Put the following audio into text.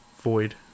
Void